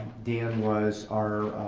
dan was our